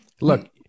look